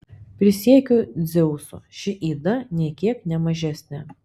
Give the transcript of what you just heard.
prisiekiu dzeusu ši yda nė kiek ne mažesnė